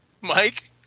mike